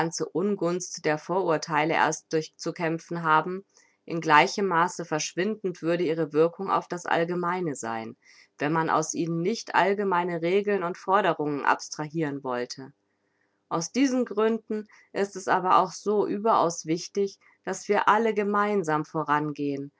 ungunst der vorurtheile erst durchzukämpfen haben in gleichem maße verschwindend würde ihre wirkung auf das allgemeine sein wenn man aus ihnen nicht allgemeine regeln und forderungen abstrahiren wollte aus diesen gründen ist es aber auch so überaus wichtig daß wir alle gemeinsam vorangehen